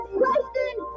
question